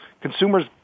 consumers